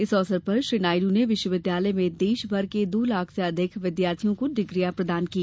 इस अवसर पर श्री नायड ने विश्वविद्यालय में देशभर के दो लाख से अधिक विद्यार्थियों को डिग्रियां प्रदान कीं